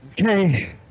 Okay